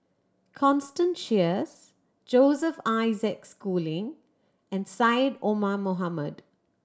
Constance Sheares Joseph Isaac Schooling and Syed Omar Mohamed